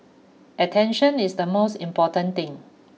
attention is the most important thing